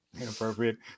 Inappropriate